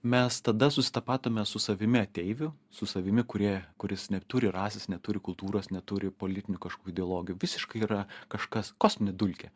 mes tada susitapatiname su savimi ateiviu su savimi kurie kuris neturi rasės neturi kultūros neturi politinių kažkokių ideologijų visiškai yra kažkas kosminė dulkė